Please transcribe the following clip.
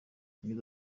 yagize